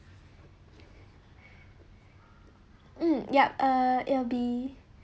mm yup uh it'll be